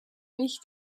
mich